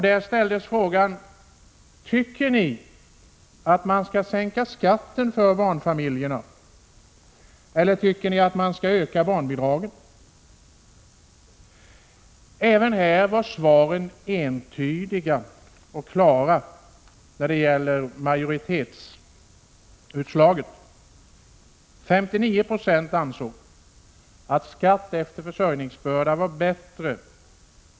Där ställdes frågan: Tycker ni att man skall sänka skatten för barnfamiljerna, eller skall man öka bårnbidragen? Även här gav svaren ett entydigt och klart majoritetsutslag. 59 90 ansåg att skatt efter försörjningsbörda var bättre.